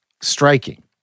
striking